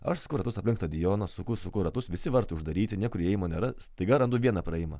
aš sukau ratus aplink stadioną suku suku ratus visi vartai uždaryti niekur įėjimo nėra staiga randu vieną praėjimą